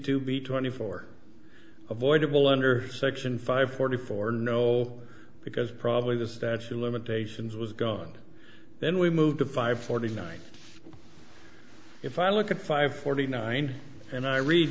two b twenty four of voidable under section five hundred four no because probably the statute of limitations was gone then we moved to five forty nine if i look at five forty nine and i read